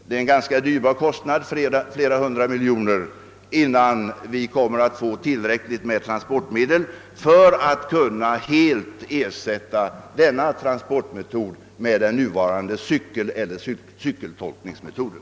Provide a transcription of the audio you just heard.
Det blir ganska dyrbart — det kommer att kosta flera hundra miljoner kronor att skaffa tillräckligt med transportmedel för att helt kunna ersätta den nuvarande cykeleller cykeltolkningsmetoden.